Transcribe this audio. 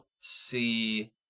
See